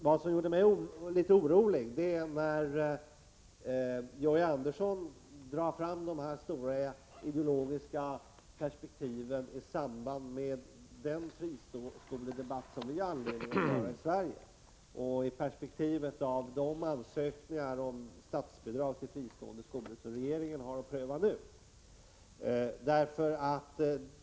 Vad som gör mig litet orolig är emellertid att Georg Andersson drar fram det stora ideologiska perspektivet i samband med den friskoledebatt vi har anledning att föra i Sverige och mot bakgrund av de ansökningar om statsbidrag till fristående skolor som regeringen har att pröva nu.